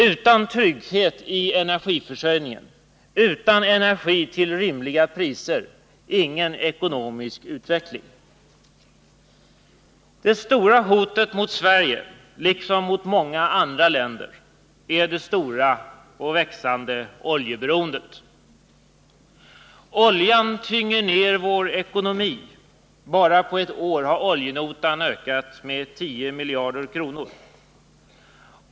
Utan trygghet i energiförsörjning, utan energi till rimliga priser, ingen ekonomisk utveckling. Det stora hotet mot Sverige liksom mot många andra länder är det växande oljeberoendet. Oljan tynger ned vår ekonomi — bara på ett år har oljenotan ökat med ca 10 miljarder kronor.